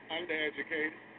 undereducated